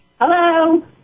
Hello